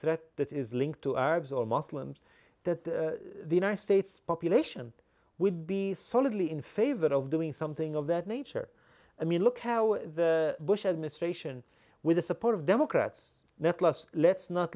that is linked to arbs or muslims that the united states population would be solidly in favor of doing something of that nature i mean look how the bush administration with the support of democrats that was let's not